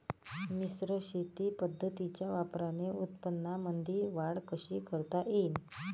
मिश्र शेती पद्धतीच्या वापराने उत्पन्नामंदी वाढ कशी करता येईन?